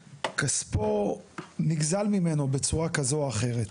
שכספו נגזל ממנו בצורה כזו או אחרת,